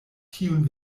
tiun